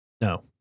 No